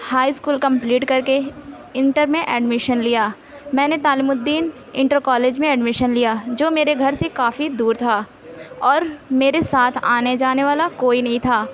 high school complete کر کے inter میں ایڈمیشن لیا میں نے تعلیم الدین انٹر کالج میں ایڈمیشن لیا جو میرے گھر سے کافی دور تھا اور میرے ساتھ آنے جانے والا کوئی نہیں تھا